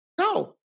No